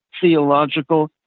theological